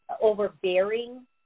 overbearing